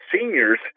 seniors